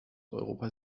europa